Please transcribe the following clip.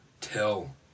Tell